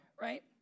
right